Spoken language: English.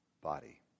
body